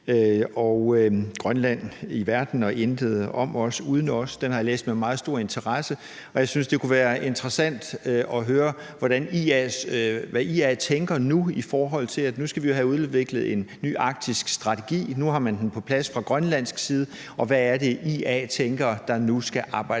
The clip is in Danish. »Grønland i Verden ”Intet om os, uden os”« – den har jeg læst med meget stor interesse. Jeg synes, det kunne være interessant at høre, hvad IA tænker nu, hvor vi skal have udviklet en ny arktisk strategi, og hvor man har den på plads fra grønlandsk side. Og hvad tænker IA, det er, der nu skal arbejdes